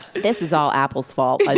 this is all apple's fault but